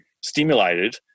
stimulated